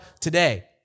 today